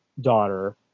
daughter